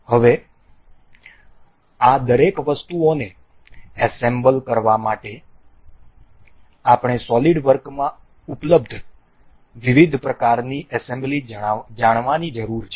હવે આ દરેક વસ્તુઓને એસેમ્બલ કરવા માટે આપણે સોલિડ વર્ક્સમાં ઉપલબ્ધ વિવિધ પ્રકારની એસેમ્બલી જાણવાની જરૂર છે